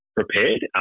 prepared